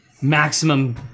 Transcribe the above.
maximum